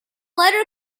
letter